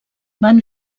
van